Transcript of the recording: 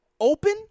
Open